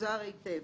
מפוזר היטב.